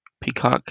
Peacock